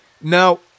Now